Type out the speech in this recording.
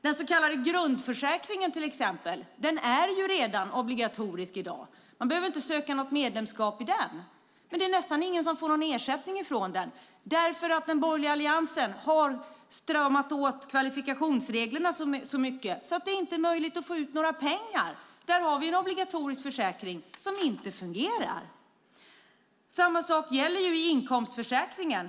Den så kallade grundförsäkringen är till exempel redan obligatorisk i dag. Man behöver inte söka något medlemskap i den. Men nästan ingen får ersättning från den eftersom den borgerliga alliansen stramat åt kvalifikationsreglerna så mycket att det inte är möjligt att få ut några pengar. Där har vi en obligatorisk försäkring som inte fungerar. Samma sak gäller inkomstförsäkringen.